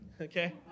Okay